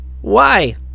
Why